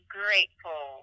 grateful